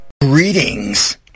Greetings